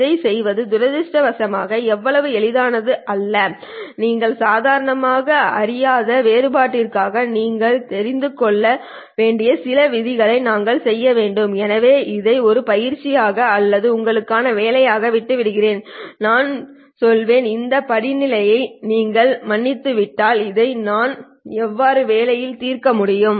இதைச் செய்வது துரதிர்ஷ்டவசமாக அவ்வளவு எளிதானது அல்ல நீங்கள் சாதாரணமாக அறியாத வேறுபாட்டிற்காக நீங்கள் தெரிந்து கொள்ள வேண்டிய சில விதிகளை நீங்கள் செய்ய வேண்டும் எனவே இதை ஒரு பயிற்சியாகவோ அல்லது உங்களுக்கான வேலையாகவோ விட்டுவிடுவேன் நான் சொல்வேன் இந்த படிநிலையை நீங்கள் மன்னித்துவிட்டால் இதை எவ்வாறு வேலையில் தீர்க்க முடியும்